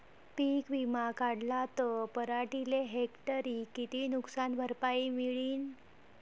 पीक विमा काढला त पराटीले हेक्टरी किती नुकसान भरपाई मिळीनं?